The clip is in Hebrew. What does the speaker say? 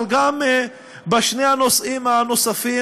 אלא גם בשני הנושאים הנוספים,